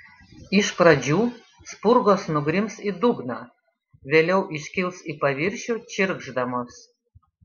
iš pradžių spurgos nugrims į dugną vėliau iškils į paviršių čirkšdamos